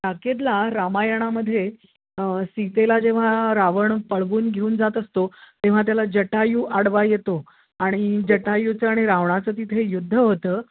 टाकेदला रामायणामध्ये सीतेला जेव्हा रावण पळवून घेऊन जात असतो तेव्हा त्याला जटायू आडवा येतो आणि जटायूचं आणि रावणाचं तिथे युद्ध होतं